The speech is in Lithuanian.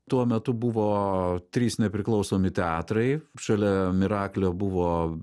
tuo metu buvo trys nepriklausomi teatrai šalia miraklio buvo